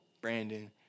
Brandon